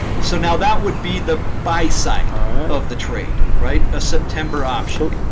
so now that would be the buy side of the trade, right? a september option.